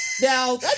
Now